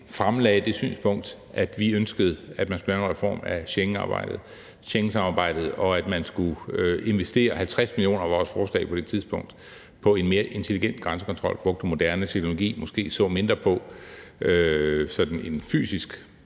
fremlagde det synspunkt, at vi ønskede, at man skulle lave en reform af Schengensamarbejdet, og at man skulle investere 50 mio. kr. – det var vores forslag på det tidspunkt – på en mere intelligent grænsekontrol, altså brugte moderne teknologi og måske mindre sådan fysisk